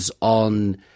on